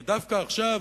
כי דווקא עכשיו,